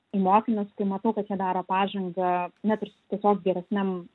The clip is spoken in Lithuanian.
į mokinius tai matau kad jie daro pažangą net ir su tiesiog geresnėm